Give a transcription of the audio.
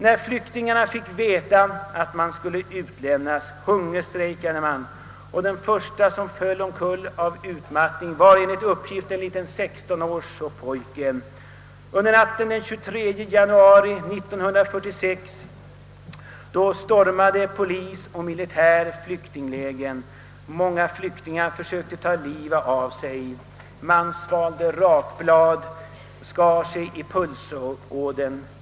När flyktingarna fick veta att de skulle utlämnas hungerstrejkade man och den första som föll omkull av utmattning var enligt uppgift en liten sextonårs pojke. Under natten den 23 januari 1946 stormade polis och militär flyktinglägren. Många flyktingar försökte att ta livet av sig. Man svalde rakblad, skar sig i pulsådern.